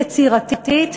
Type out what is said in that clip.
יצירתית,